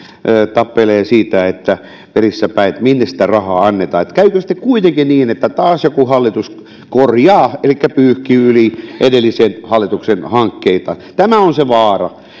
tappelevat verissä päin siitä minne sitä rahaa annetaan että käykö sitten kuitenkin niin että taas joku hallitus korjaa elikkä pyyhkii yli edellisen hallituksen hankkeita tämä on se vaara